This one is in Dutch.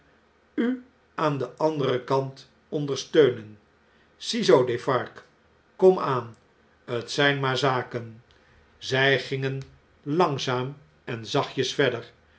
u aan den anderen kant ondersteunen ziezoo defarge kom aan t zp maar zaken zij gingen langzaam en zachtjes verder